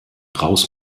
raus